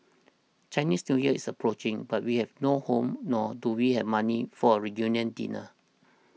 Chinese New Year is approaching but we have no home nor do we have money for a reunion dinner